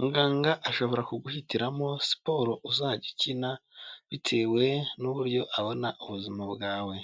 Muganga ashobora guhitiramo siporo uzajya ukina bitewe n'uburyo abona ubuzima bwawe.